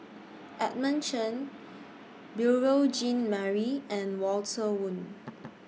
Edmund Chen Beurel Jean Marie and Walter Woon